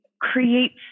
creates